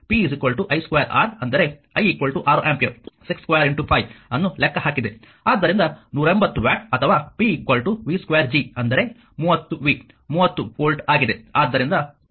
ಆದ್ದರಿಂದ 180 ವ್ಯಾಟ್ ಅಥವಾ p v2G ಅಂದರೆ 30 v 30 ವೋಲ್ಟ್ ಆಗಿದೆ